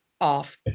off